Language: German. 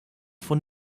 von